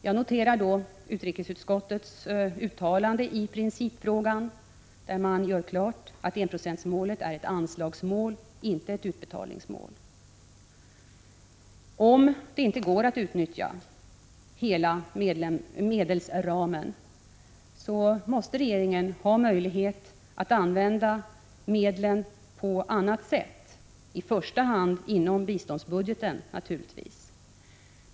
Jag noterar då utrikesutskottets uttalande i principfrågan, där man gör klart att enprocentsmålet är ett anslagsmål, inte ett utbetalningsmål. Om det inte går att utnyttja hela medelsramen, måste regeringen ha möjlighet att använda medlen på annat sätt, i första hand inom biståndsbudgeten naturligtvis.